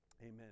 Amen